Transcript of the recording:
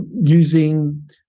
using